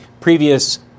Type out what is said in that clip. previous